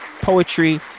poetry